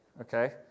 okay